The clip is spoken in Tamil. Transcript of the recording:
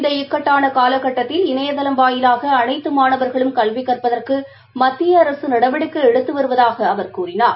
இந்த இக்கட்டானகாலகட்டத்தில் ணையதளம் வாயிலாகஅனைத்துமாணவா்களும் கல்விகற்பதற்குமத்திய அரசு நடவடிக்கை எடுத்துவருவவதாக அவர் கூறினார்